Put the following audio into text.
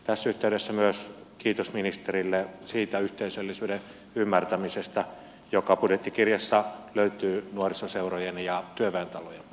tässä yhteydessä myös kiitos ministerille siitä yhteisöllisyyden ymmärtämisestä joka budjettikirjassa löytyy nuorisoseurojen ja työväentalojen kohdasta